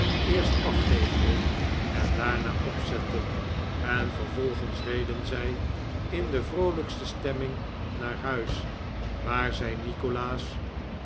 eerst afveegde en daarna opzette en vervolgens reden zij in de vroolijkste stemming naar huis waar zij nikolaas